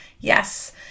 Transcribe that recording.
Yes